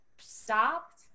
stopped